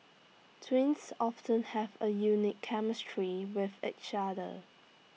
twins often have A unique chemistry with each other